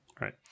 right